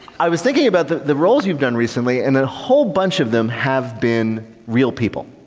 i was thinking about the the roles you've done recently and a whole bunch of them have been real people.